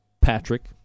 Patrick